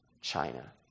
China